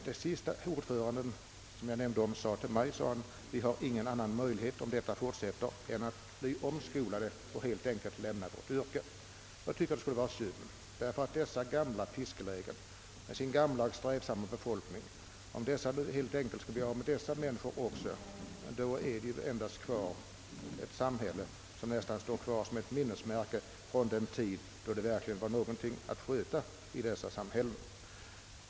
Det sista ordföranden i ålfiskareföreningen sade till mig var: »Om detta fortsätter, har vi ingen annan möjlighet än att lämna vårt yrke och omskola oss.» Jag tycker att det skulle vara synd. Om vi blir av med den strävsamma fiskarbefolkningen i dessa gamla fiskelägen, blir det ju kvar samhällen som står nära nog bara som minnesmärken från den tid då det ännu fanns någonting att göra där.